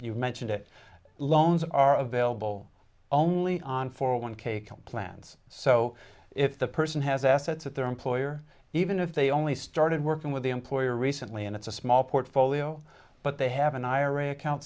you mentioned it loans are available only on for one k come plans so if the person has assets at their employer even if they only started working with the employer recently and it's a small portfolio but they have an ira account